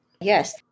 yes